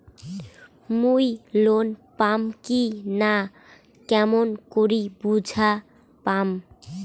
মুই লোন পাম কি না কেমন করি বুঝা পাম?